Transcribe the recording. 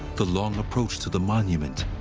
the long approach to the monument,